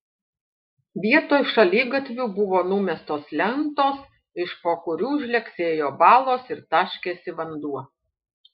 vietoj šaligatvių buvo numestos lentos iš po kurių žlegsėjo balos ir taškėsi vanduo